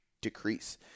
decrease